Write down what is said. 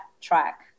track